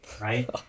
right